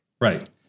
Right